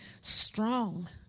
strong